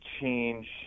change –